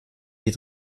die